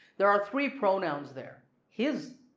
there are three pronouns there his,